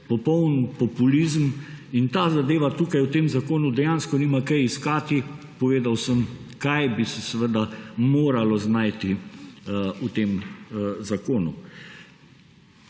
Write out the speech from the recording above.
popoln populizem in ta zadeva tukaj v tem zakonu dejansko nima kaj iskati. Povedal sem, kaj bi se seveda moralo znajti v tem zakonu.